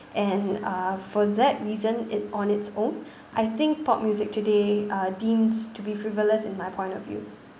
and uh for that reason it on its own I think pop music today uh deems to be frivolous in my point of view